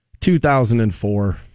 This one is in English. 2004